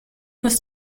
was